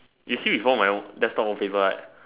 you see before my desktop wallpaper right